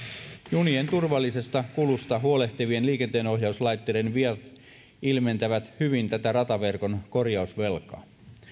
junien turvallisesta kulusta huolehtivien liikenteenohjauslaitteiden viat ilmentävät hyvin tätä rataverkon korjausvelkaa